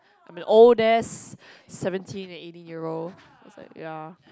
I mean old desks seventeen eighteen year old I was like ya